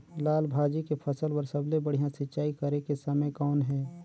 लाल भाजी के फसल बर सबले बढ़िया सिंचाई करे के समय कौन हे?